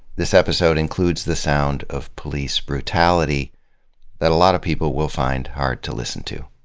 this episode includes the sound of police brutality that a lot of people will find hard to listen to.